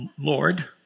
Lord